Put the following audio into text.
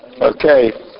okay